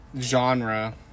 genre